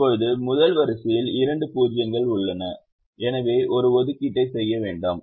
இப்போது முதல் வரிசையில் இரண்டு 0 கள் உள்ளன எனவே ஒரு ஒதுக்கீட்டை செய்ய வேண்டாம்